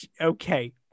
Okay